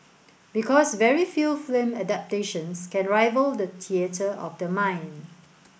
because very few film adaptations can rival the theatre of the mind